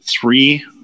three